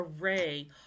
array